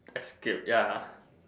escape ya